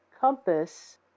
Compass